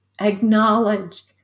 acknowledge